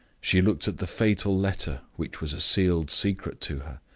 she looked at the fatal letter which was a sealed secret to her,